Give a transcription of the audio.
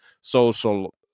Social